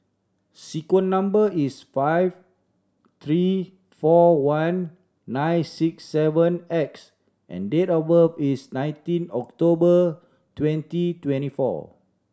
sequence number is five three four one nine six seven X and date of birth is nineteen October twenty twenty four